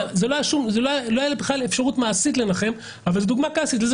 לא הייתה אפשרות מעשית לנחם אבל את דוגמה קלאסית לכך